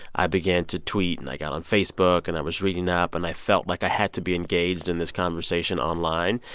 i began to tweet and i got on facebook and i was reading up. and i felt like i had to be engaged in this conversation online.